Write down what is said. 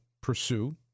pursue